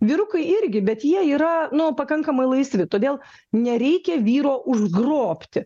vyrukai irgi bet jie yra nu pakankamai laisvi todėl nereikia vyro užgrobti